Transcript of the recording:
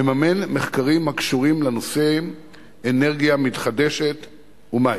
מממן מחקרים הקשורים לנושא אנרגיה מתחדשת ומים.